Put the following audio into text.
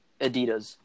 Adidas